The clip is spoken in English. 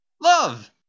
Love